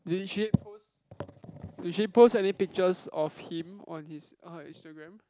did she post did she post any pictures of him on his on her Instagram